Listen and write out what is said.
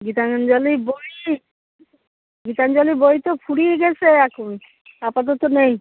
গীতাঞ্জলি বই গীতাঞ্জলি বই তো ফুরিয়ে গেছে এখন আপাতত নেই